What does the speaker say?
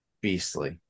beastly